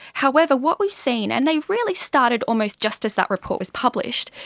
however, what we've seen, and they really started almost just as that report was published,